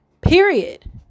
period